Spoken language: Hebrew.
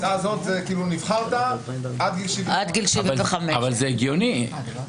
בהצעה הזאת, נבחרת עד גיל 75. זה הגיוני.